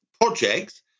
projects